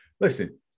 Listen